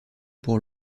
pour